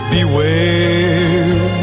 Beware